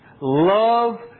love